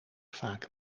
vaak